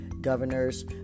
governors